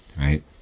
right